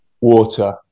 water